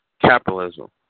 capitalism